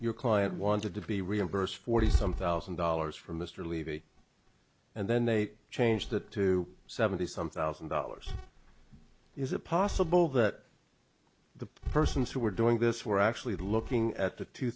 your client wanted to be reimbursed forty some thousand dollars from mr levy and then they changed it to seventy some thousand dollars is it possible that the persons who were doing this were actually looking at the two